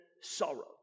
sorrow